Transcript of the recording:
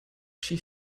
she